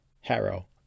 Harrow